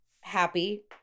happy